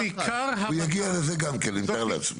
הוא יגיע לזה גם כן, אני מתאר לעצמי.